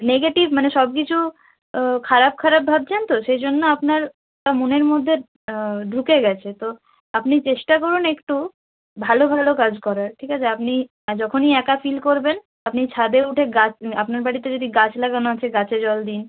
negative মানে সব কিছু খারাপ খারাপ ভাবছেন তো সেই জন্য আপনার মনের মধ্যে ঢুকে গেছে তো আপনি চেষ্টা করুন একটু ভালো ভালো কাজ করার ঠিক আছে আপনি আর যখনই একা ফিল করবেন আপনি ছাদে উঠে গাছ আপনার বাড়িতে যদি গাছ লাগানো আছে গাছে জল দিন